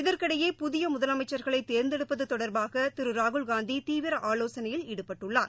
இதற்கிடையே புதியமுதலமைச்சர்களைதேர்ந்தெடுப்பதுதொடர்பாகதிருராகுல்காந்திதீவிரஆலோசனையில் ஈடுபட்டுள்ளார்